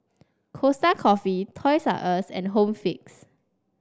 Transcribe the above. Costa Coffee Toys R Us and Home Fix